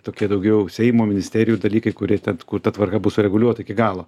tokie daugiau seimo ministerijų dalykai kurie kur ta tvarka bus sureguliuota iki galo